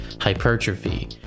hypertrophy